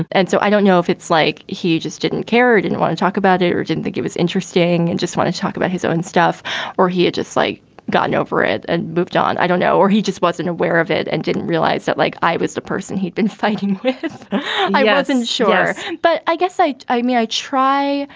and so i don't know if it's like he just didn't care or didn't want to talk about it or didn't think it was interesting and just want to talk about his own stuff or he had just like gotten over it and moved on. i don't know. or he just wasn't aware of it and didn't realize that like i was the person he'd been fighting with i was in the shower. but i guess i i mean, i try,